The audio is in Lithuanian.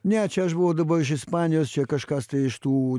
ne čia aš buvau dabar iš ispanijos čia kažkas tai iš tų